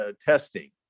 testing